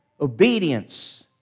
obedience